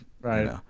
right